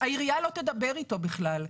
העירייה לא תדבר איתו בכלל.